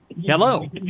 Hello